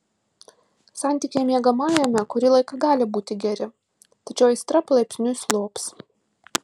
santykiai miegamajame kurį laiką gali būti geri tačiau aistra palaipsniui slops